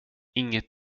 inget